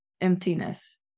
emptiness